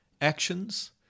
actions